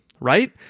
right